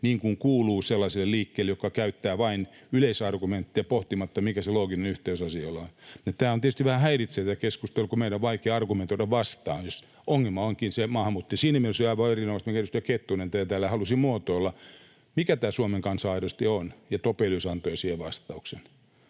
niin kuin kuuluu sellaiselle liikkeelle, joka käyttää vain yleisargumentteja pohtimatta, mikä looginen yhteys asioilla on. Tämä tietysti häiritsee tätä keskustelua, kun meidän on vaikea argumentoida vastaan, jos ongelma onkin se, että on maahanmuuttaja. Siinä mielessä oli aivan erinomaista, että edustaja Kettunen täällä halusi muotoilla, mikä tämä Suomen kansa aidosti on, ja Topelius antoi siihen vastauksen: